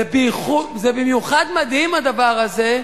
זה במיוחד מדהים, הדבר הזה,